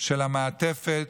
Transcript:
של המעטפת